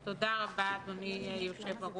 --- בבקשה, חבר הכנסת איתן